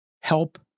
help